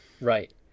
Right